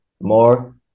more